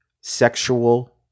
sexual